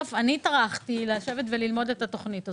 אני טרחתי לשבת וללמוד את התוכנית הזאת,